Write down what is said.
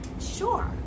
Sure